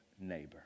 neighbor